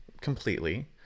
completely